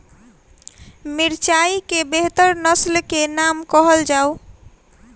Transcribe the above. मिर्चाई केँ बेहतर नस्ल केँ नाम कहल जाउ?